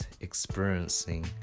experiencing